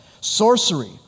sorcery